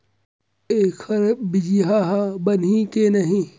एखर बीजहा बनही के नहीं?